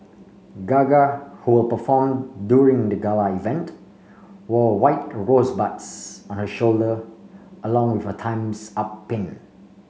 gaga who will perform during the gala event wore white rosebuds on her shoulder along with a Time's Up pin